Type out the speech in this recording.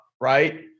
right